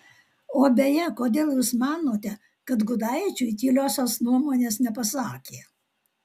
o beje kodėl jūs manote kad gudaičiui tyliosios nuomonės nepasakė